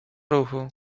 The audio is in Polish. ruchu